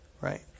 right